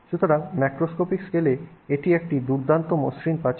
সুতরাং ম্যাক্রোস্কোপিক স্কেলে এটি একটি দুর্দান্ত মসৃণ প্রাচীর